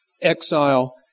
exile